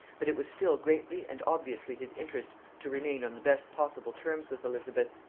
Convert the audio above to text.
but it was still greatly and obviously his interest to remain on the best possible terms with elizabeth,